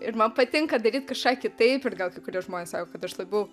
ir man patinka daryt kažką kitaip ir gal kai kurie žmonės sako kad aš labiau